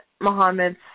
Muhammad's